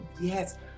Yes